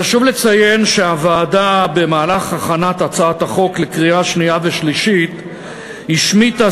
חשוב לציין שבמהלך הכנת הצעת החוק לקריאה שנייה ושלישית השמיטה